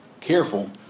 careful